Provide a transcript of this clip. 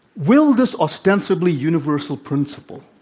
will this ostensibly universal principle